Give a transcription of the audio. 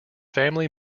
family